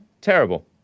Terrible